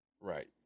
Right